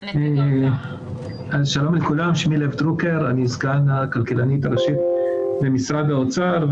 שלום לכולם, אני סגן הכלכלנית הראשית במשרד האוצר.